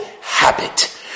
Habit